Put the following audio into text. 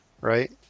right